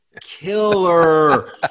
Killer